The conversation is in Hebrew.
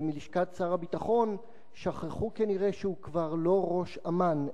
ומלשכת שר הביטחון שכחו כנראה שהוא כבר לא ראש אמ"ן,